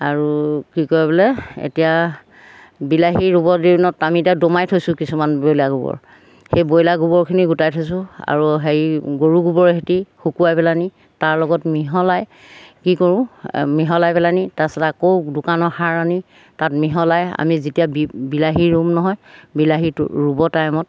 আৰু কি কয় বোলে এতিয়া বিলাহী ৰুবৰ দিনত আমি এতিয়া দমাই থৈছোঁ কিছুমান বইলাৰ গোবৰ সেই ব্ৰইলাৰ গোবৰখিনি গোটাই থৈছোঁ আৰু হেৰি গৰু গোবৰ হেতি শুকুৱাই পেলাহেনি তাৰ লগত মিহলাই কি কৰোঁ মিহলাই পেলাহেনি তাৰপাছত আকৌ দোকানৰ সাৰ আনি তাত মিহলাই আমি যেতিয়া বিলাহী ৰুম নহয় বিলাহীটো ৰুব টাইমত